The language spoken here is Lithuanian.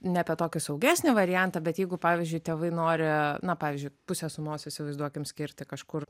ne apie tokį saugesnį variantą bet jeigu pavyzdžiui tėvai nori na pavyzdžiui pusę sumos įsivaizduokim skirti kažkur